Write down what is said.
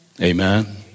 Amen